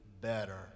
better